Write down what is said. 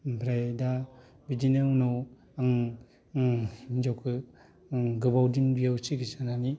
ओमफ्राय दा बिदिनो उनाव आं हिनजावखौ गोबाव दिन बेयाव सिकिथसा होनानै